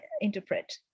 interpret